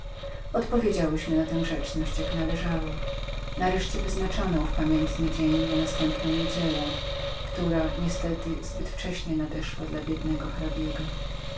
widowiska odpowiedziałyśmy na tę grzeczność jak się należało nareszcie wyznaczono ów sławny dzień na następną niedzielę która niestety zbyt wcześnie nadeszła dla biednego